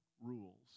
rules